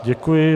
Děkuji.